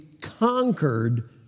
conquered